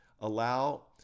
allow